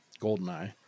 Goldeneye